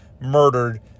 murdered